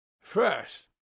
First